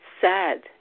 sad